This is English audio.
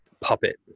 puppet